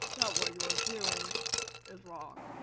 what you are doing is wrong.